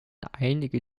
einige